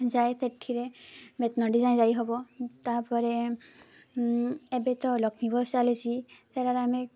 ଯାଇ ସେଠିରେ ଯାଏଁ ଯାଇ ହେବ ତା'ପରେ ଏବେ ତ ଲକ୍ଷ୍ମୀ ବସ୍ ଚାଲିଛି ତା'ଦେହରେ ଆମେ